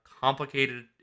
complicated